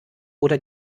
oder